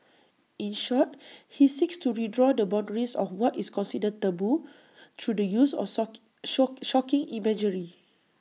in short he seeks to redraw the boundaries of what is considered 'taboo' through the use of sock shock 'shocking' imagery